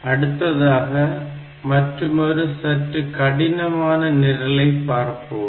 அடுத்ததாக மற்றுமொரு சற்று கடினமான நிரலை பார்ப்போம்